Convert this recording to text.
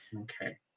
Okay